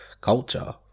culture